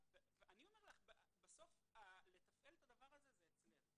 אני אומר לך שבסוף לתפעל את הדבר הזה זה אצלנו.